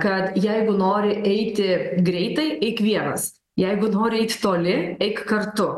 kad jeigu nori eiti greitai eik vienas jeigu nori eit toli eik kartu